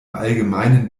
allgemeinen